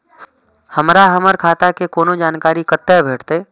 हमरा हमर खाता के कोनो जानकारी कतै भेटतै?